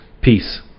peace